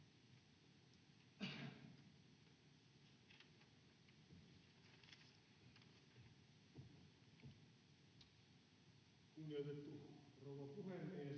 Kiitos,